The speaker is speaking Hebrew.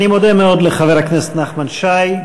אני מודה מאוד לחבר הכנסת נחמן שי,